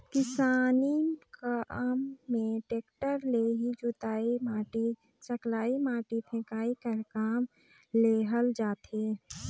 किसानी काम मे टेक्टर ले ही जोतई, माटी सकलई, माटी फेकई कर काम लेहल जाथे